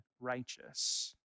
righteous